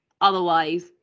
otherwise